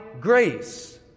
grace